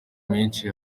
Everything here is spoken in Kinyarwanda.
menshi